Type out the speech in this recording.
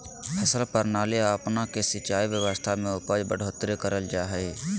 फसल प्रणाली अपना के सिंचाई व्यवस्था में उपज बढ़ोतरी करल जा हइ